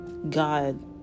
God